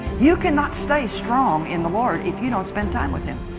you cannot stay strong in the lord if you don't spend time with him